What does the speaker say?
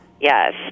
Yes